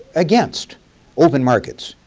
against open markets,